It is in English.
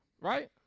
Right